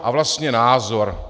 A vlastně názor?